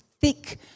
thick